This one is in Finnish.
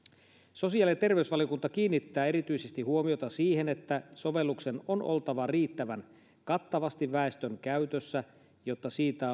sosiaali ja terveysvaliokunta kiinnittää erityisesti huomiota siihen että sovelluksen on oltava riittävän kattavasti väestön käytössä jotta siitä